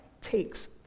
takes